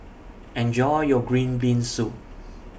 Enjoy your Green Bean Soup